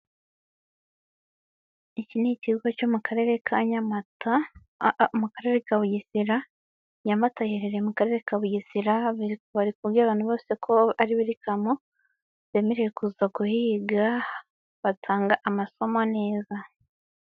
Iki ni ikigo cyo mu karere ka Nyamata, mu karere ka Bugesera, Nyamata iherereye mu karere ka Bugesera barikubwira abantu bose ko ari werikamu bemerewe kuza guhiga batanga amasomo neza.